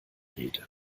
rede